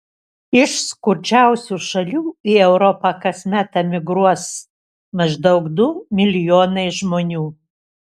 iš skurdžiausių šalių į europą kasmet emigruos maždaug du milijonai žmonių